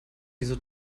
wieso